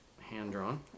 hand-drawn